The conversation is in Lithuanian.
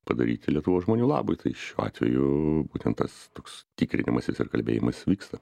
padaryti lietuvos žmonių labui tai šiuo atveju būtent tas toks tikrinimasis ir kalbėjimas vyksta